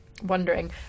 Wondering